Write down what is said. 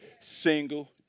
single